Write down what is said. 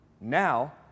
Now